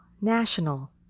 national